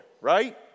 right